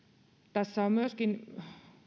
tässä on myöskin